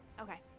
Okay